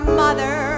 mother